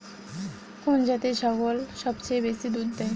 কোন জাতের ছাগল সবচেয়ে বেশি দুধ দেয়?